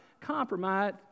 compromise